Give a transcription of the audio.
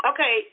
Okay